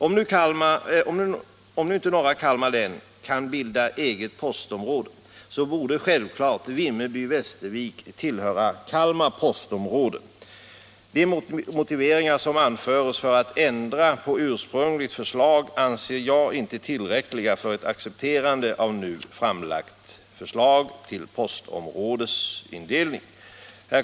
Om nu inte norra Kalmar län kan bilda eget postområde, borde självfallet Vimmerby och Västervik tillhöra Kalmar postområde. Motiveringarna för att ändra på det ursprungliga förslaget anser jag inte vara tillräckliga för att man skall acceptera det nu framlagda förslaget till postområdesindelning.